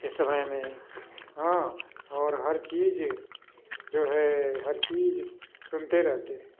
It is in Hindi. इस समय में हाँ और हर चीज जो है हर चीज सुनते रहते हैं